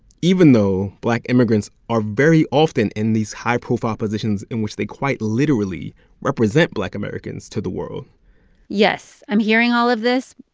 even though black immigrants are very often in these high-profile positions in which they quite literally represent black americans to the world yes. i'm hearing all of this,